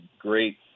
great